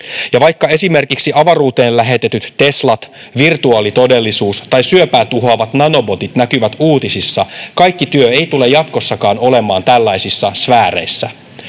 Ja vaikka esimerkiksi avaruuteen lähetetyt Teslat, virtuaalitodellisuus tai syöpää tuhoavat nanobotit näkyvät uutisissa, kaikki työ ei tule jatkossakaan olemaan tällaisissa sfääreissä.